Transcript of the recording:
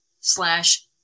slash